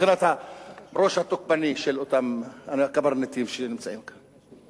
מבחינת הראש התוקפני של אותם הקברניטים שנמצאים כאן.